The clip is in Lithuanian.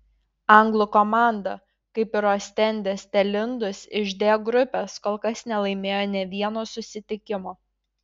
anglų komanda kaip ir ostendės telindus iš d grupės kol kas nelaimėjo nė vieno susitikimo